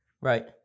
Right